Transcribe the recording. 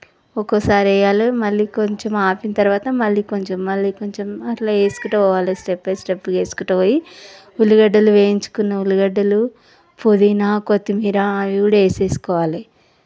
ఒక్కోసారి వేయాలి మళ్ళీ కొంచెం ఆపిన తరువాత మళ్ళీ కొంచెం మళ్ళీ కొంచెం అలా వేసుకుంటూ పోవాలి స్టెప్ బై స్టెప్ వేసుకుంటూ పోయి ఉల్లిగడ్డలు వేయించుకున్న ఉల్లిగడ్డలు పుదీనా కొత్తిమీర అవి కూడా వేసుకోవాలి